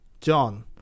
john